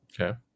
Okay